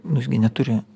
nu jis gi neturi